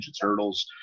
Turtles